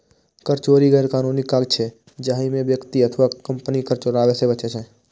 कर चोरी गैरकानूनी काज छियै, जाहि मे व्यक्ति अथवा कंपनी कर चुकाबै सं बचै छै